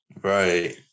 Right